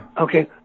Okay